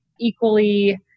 equally